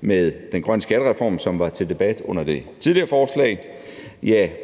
med den grønne skattereform, som var til debat under det tidligere forslag,